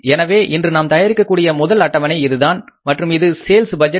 எனவே இன்று நாம் தயாரிக்கக்கூடிய முதல் அட்டவணை இதுதான் மற்றும் இது சேல்ஸ் பட்ஜெட்